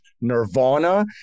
Nirvana